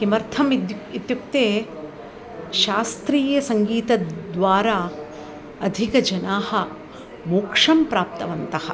किमर्थम् इत्युक्ते इत्युक्ते शास्त्रीयसङ्गीतद्वारा अधिकजनाः मोक्षं प्राप्तवन्तः